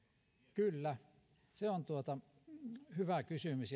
kyllä se on hyvä kysymys